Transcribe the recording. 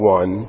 one